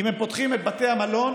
אם הם פותחים את בתי המלון,